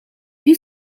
più